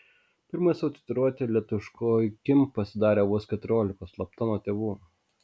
pirmąją savo tatuiruotę lietuviškoji kim pasidarė vos keturiolikos slapta nuo tėvų